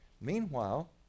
Meanwhile